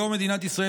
מאז קום מדינת ישראל,